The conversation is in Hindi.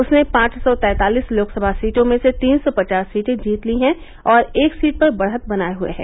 उसने पांच सौ तैंतालिस लोकसभा सीटों में से तीन सौ पचास सीटें जीत ली हैं और एक सीट पर बढ़त बनाये हये हैं